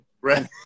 right